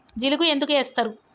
జిలుగు ఎందుకు ఏస్తరు?